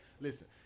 Listen